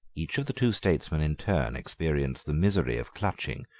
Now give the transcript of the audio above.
each of the two statesmen in turn experienced the misery of clutching,